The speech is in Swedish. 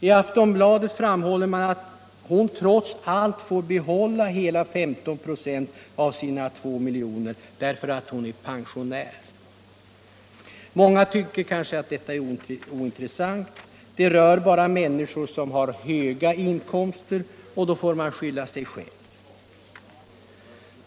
I Aftonbladet framhåller man att Astrid Lindgren trots allt får behålla hela 15 "+ av sina 2 milj.kr. därför att hon är pensionär. Många tycker kanske också att det här är ointressant, det rör bara människor som har höga inkomster, och de får ”skylla sig själva”.